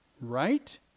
Right